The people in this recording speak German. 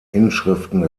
inschriften